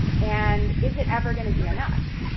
and is it ever going to be enough?